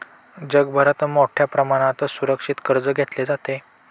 जगभरात मोठ्या प्रमाणात सुरक्षित कर्ज घेतले जाते